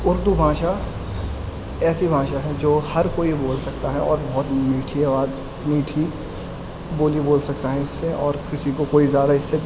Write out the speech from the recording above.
اردو بھاشا ایسی بھاشا ہے جو ہر کوئی بول سکتا ہے اور بہت میٹھی آواز میٹھی بولی بول سکتا ہے اس سے اور کسی کو کوئی زیادہ اس سے